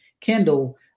Kendall